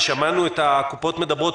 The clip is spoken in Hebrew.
ושמענו את נציגי הקופות מדברים,